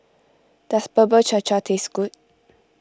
does Bubur Cha Cha taste good